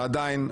ועדיין,